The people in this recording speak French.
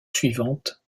suivantes